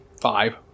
five